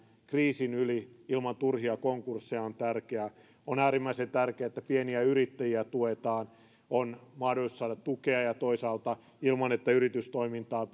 kriisin yli ilman turhia konkursseja on tärkeää on äärimmäisen tärkeää että pieniä yrittäjiä tuetaan on mahdollisuus saada tukea ja toisaalta ilman että yritystoimintaa